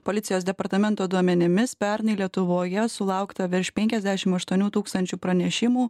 policijos departamento duomenimis pernai lietuvoje sulaukta virš penkiasdešim aštuonių tūkstančių pranešimų